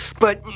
but,